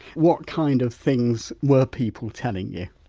whitewhat kind of things were people telling you?